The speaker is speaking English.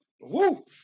Woo